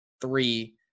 three